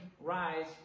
rise